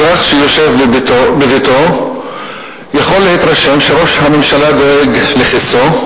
אזרח שיושב בביתו יכול להתרשם שראש הממשלה דואג לכיסו,